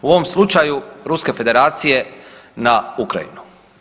U ovom slučaju, Ruske Federacije na Ukrajinu.